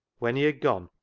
when he had gone,